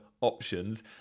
options